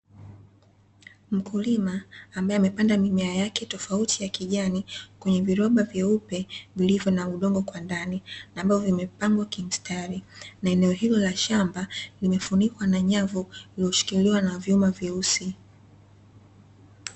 Mkulima ambaye amepanda mimea yake tofauti ya kijani kwenye viroba vyeupe vilivyo na udongo kwa ndani ambavyo vimepangwa kimstari na eneo hilo la shamba limefunikwa na nyavu vilivyoshikiriwa na vyuma vyeusi.